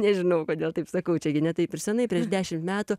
nežinau kodėl taip sakau čia gi ne taip ir senai prieš dešimt metų